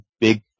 big